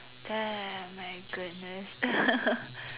damn my goodness